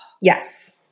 yes